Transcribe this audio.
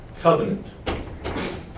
covenant